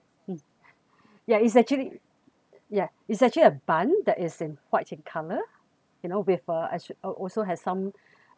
mm ya it's actually yeah it's actually a bun that is in white in colour you know with uh and also has some